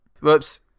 Whoops